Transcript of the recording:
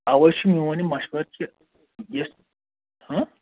اوے چھُ میٛون یہِ مشورٕ کہِ یُس